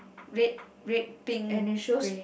wait wait pink grey